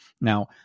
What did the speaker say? Now